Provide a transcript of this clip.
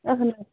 اَہن حظ